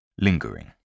Lingering